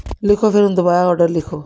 ਲਿਖੋ ਫਿਰ ਹੁਣ ਦੁਬਾਰਾ ਔਡਰ ਲਿਖੋ